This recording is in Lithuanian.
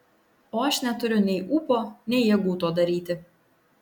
o aš neturiu nei ūpo nei jėgų to daryti